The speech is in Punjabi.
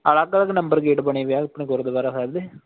ਅਲੱਗ ਅਲੱਗ ਨੰਬਰ ਗੇਟ ਬਣੇ ਵੇ ਆ ਆਪਣੇ ਗੁਰਦੁਆਰਾ ਸਾਹਿਬ ਦੇ